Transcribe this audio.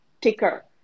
ticker